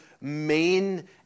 main